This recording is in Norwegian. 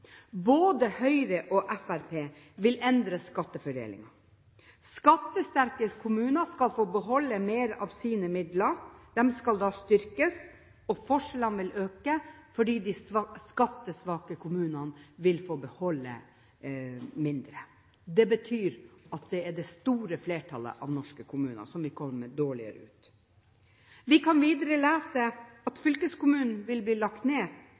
Både Høyre og Fremskrittspartiet vil endre skattefordelingen. Skattesterke kommuner skal få beholde mer av sine midler. De skal styrkes. Forskjellene vil øke, fordi de skattesvake kommunene vil få beholde mindre. Det betyr at det er det store flertallet av norske kommuner som vil komme dårligere ut. Vi kan videre lese at fylkeskommunen vil bli lagt ned.